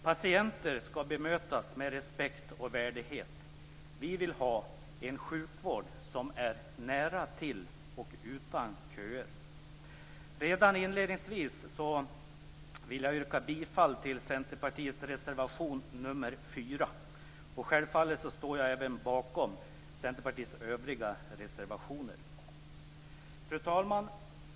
Patienter skall bemötas med respekt och värdighet. Vi vill ha en sjukvård som är nära till och utan köer. Redan inledningsvis vill jag yrka bifall till Centerpartiets reservation nr 4. Självfallet står jag bakom även Centerpartiets övriga reservationer. Fru talman!